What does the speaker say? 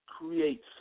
creates